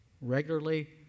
regularly